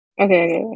Okay